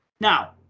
Now